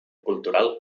cultural